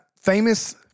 famous